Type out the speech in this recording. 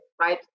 right